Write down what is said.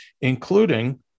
including